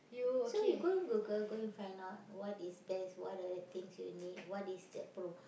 so you go and Google go and find out what is best what are the things you need what is the pro